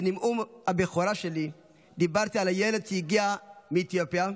בנאום הבכורה שלי דיברתי על הילד שהגיע מאתיופיה,